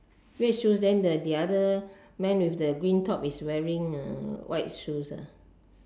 red shoes then the other man with the green cap wearing white shoes